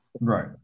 Right